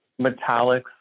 metallics